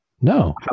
No